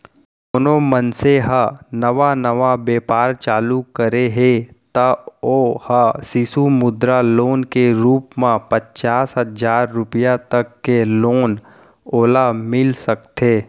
कोनो मनसे ह नवा नवा बेपार चालू करे हे त ओ ह सिसु मुद्रा लोन के रुप म पचास हजार रुपया तक के लोन ओला मिल सकथे